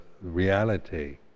reality